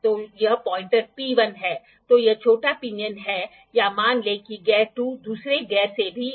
जब spindle run out होता है या वर्कपीस रन आउट होता है तो इन सभी चीजों का आसानी से पता लगाया जा सकता है